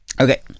okay